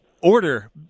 order